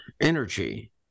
energy